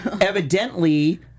Evidently